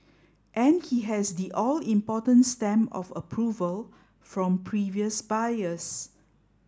and he has the all important stamp of approval from previous buyers